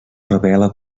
revela